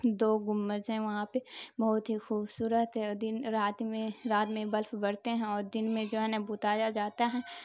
دو گنبد ہیں وہاں پہ بہت ہی خوبصورت ہے اور دن رات میں رات میں بلف بڑھتے ہیں اور دن میں جو ہے نا بتایا جاتا ہے